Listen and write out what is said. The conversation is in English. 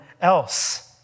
else